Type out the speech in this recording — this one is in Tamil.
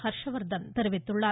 ஹர்ஷவர்த்தன் தெரிவித்துள்ளார்